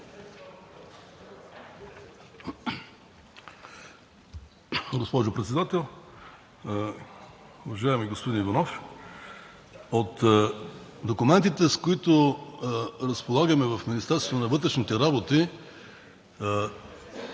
Госпожо Председател! Уважаеми господин Иванов, от документите, с които разполагаме в Министерството на вътрешните работи,